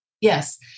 Yes